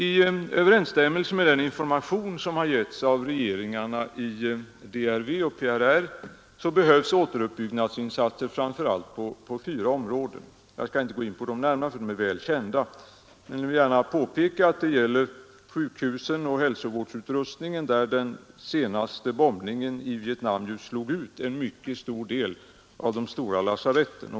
I överensstämmelse med den information som getts av regeringarna i DRV och PRR behövs återuppbyggnadsinsatser framför allt på fyra områden. Jag skall inte gå in på dem närmare för de är väl kända. Men jag vill gärna påpeka att det för det första gäller sjukhusen och hälsovårdsutrustningen; den senaste bombningen i Vietnam slog ju ut en mycket stor del av de större lasaretten.